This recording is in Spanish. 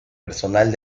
personal